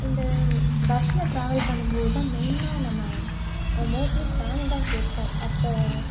இந்த பஸ்ஸில் ட்ராவல் பண்ணும் போது தான் மெயின்னா நம்ம மோஸ்ட்லி சாங் தான் கேட்போம் அப்போ